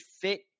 fit